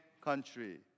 country